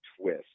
twist